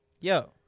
yo